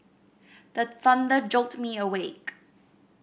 the thunder jolt me awake